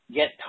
get